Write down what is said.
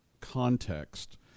context